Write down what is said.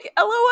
LOL